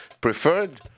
preferred